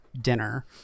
Dinner